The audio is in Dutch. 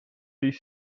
die